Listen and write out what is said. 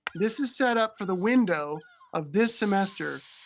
this is set up for the window of this semester.